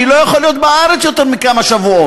אני לא יכול להיות בארץ יותר מכמה שבועות,